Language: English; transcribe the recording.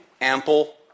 ample